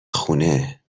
خونه